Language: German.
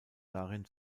darin